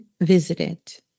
visited